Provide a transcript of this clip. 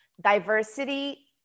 Diversity